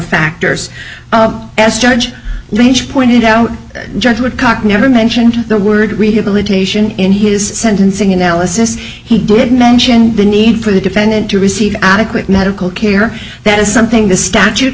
factors as judge lynch pointed out judge woodcock never mentioned the word rehabilitation in his sentencing analysis he did mention the need for the defendant to receive adequate medical care that is something the statute